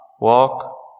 walk